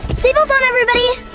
seatbelt on everybody